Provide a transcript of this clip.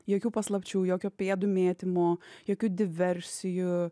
jokių paslapčių jokio pėdų mėtymo jokių diversijų